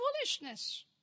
foolishness